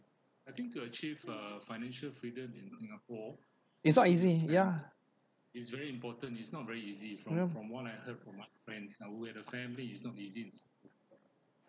it's not easy ya ya